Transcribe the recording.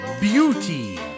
beauty